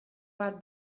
bat